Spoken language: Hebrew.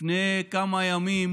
לפני כמה ימים